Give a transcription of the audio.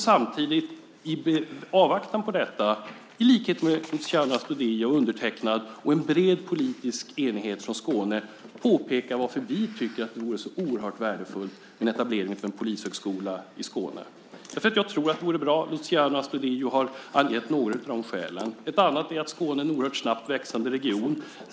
Samtidigt, i avvaktan på detta, ska vi, liksom Luciano Astudillo och jag, i en bred politisk enighet från Skåne påpeka varför vi tycker att det vore så oerhört värdefullt med en etablering av en polishögskola i Skåne. Jag tror att det vore bra. Luciano Astudillo har angett några av skälen. Ett annat är att Skåne är en oerhört snabbt växande region.